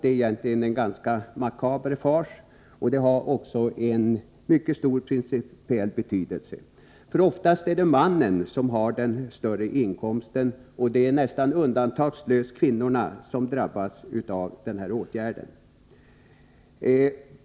Det är egentligen en ganska makaber fars, men det har en mycket stor principiell betydelse. Oftast är det mannen som har den större inkomsten, och det är alltså nästan undantagslöst kvinnorna som drabbas av denna åtgärd.